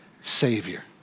savior